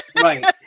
Right